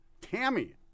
Tammy